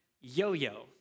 yo-yo